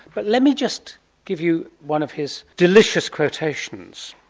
but let me just give you one of his delicious quotations.